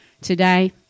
today